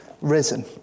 risen